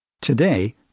Today